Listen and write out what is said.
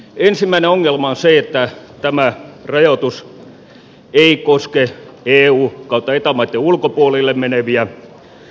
ensimmäinen ongelma on se että tämä rajoitus ei koske eu tai eta maitten ulkopuolelle meneviä